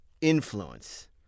influence